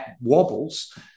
wobbles